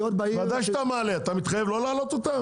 וודאי שאתה מעלה, אתה מתחייב לא להעלות אותם?